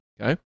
okay